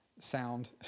sound